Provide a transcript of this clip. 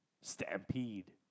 stampede